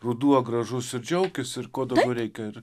ruduo gražus ir džiaukis ir ko daugiau reikia ir